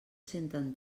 senten